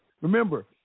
Remember